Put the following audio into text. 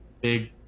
Big